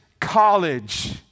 college